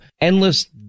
endless